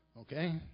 Okay